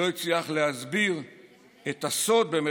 הוא לא הצליח להסביר את ה"סוד"